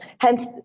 Hence